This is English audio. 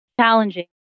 challenging